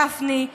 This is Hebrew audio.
גפני,